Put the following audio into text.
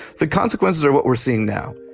the consequences are what we're seeing now.